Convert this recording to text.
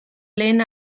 lehen